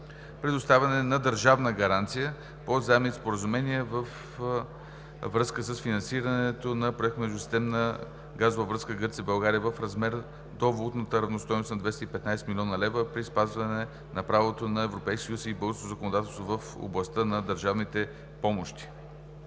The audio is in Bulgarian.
предоставянето на държавна гаранция по заемните споразумения във връзка с финансирането на проект „Междусистемна газова връзка Гърция – България“ в размер до валутната равностойност на 215 млн. лв. при спазване на правото на Европейския съюз и българското законодателство в областта на държавните помощи.